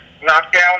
Knockdown